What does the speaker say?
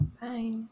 Bye